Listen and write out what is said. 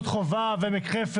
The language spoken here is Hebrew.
איזה היגיון יש פה?